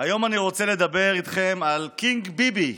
היום אני רוצה לדבר איתכם על קינג ביבי.